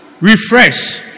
Refresh